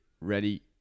ready